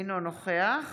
אינו נוכח